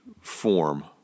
form